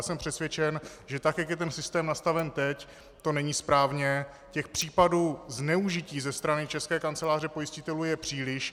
Jsem přesvědčen, že tak jak je ten systém nastaven teď, to není správně, těch případů zneužití ze strany České kanceláře pojistitelů je příliš.